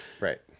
Right